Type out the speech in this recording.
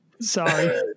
Sorry